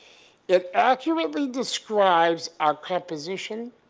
it accurately describes our composition,